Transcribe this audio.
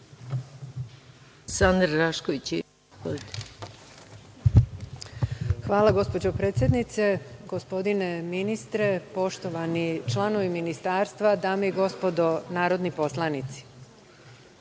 **Sanda Rašković Ivić** Hvala gospođo predsednice. Gospodine ministre, poštovani članovi Ministarstva, dame i gospodo narodni poslanici,